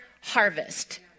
harvest